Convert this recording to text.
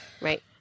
right